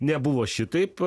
nebuvo šitaip